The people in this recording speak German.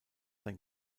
sein